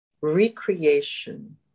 recreation